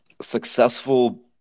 successful